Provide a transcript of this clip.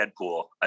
Deadpool